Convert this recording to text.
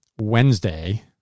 Wednesday